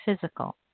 physical